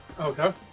Okay